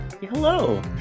Hello